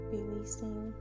Releasing